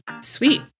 Sweet